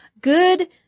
good